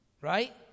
Right